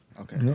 okay